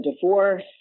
divorce